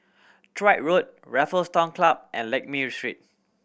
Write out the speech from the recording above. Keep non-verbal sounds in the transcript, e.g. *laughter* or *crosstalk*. *unintelligible* Road Raffles Town Club and Lakme Street